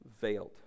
veiled